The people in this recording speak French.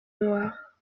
noir